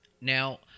Now